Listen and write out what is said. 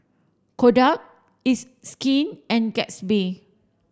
Kodak it's Skin and Gatsby